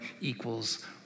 equals